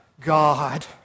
God